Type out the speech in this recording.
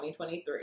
2023